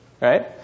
right